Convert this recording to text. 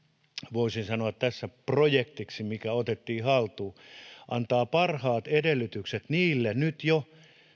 voisin sanoa tässä projektiksi mikä otettiin haltuun antaa parhaat edellytykset niille nyt jo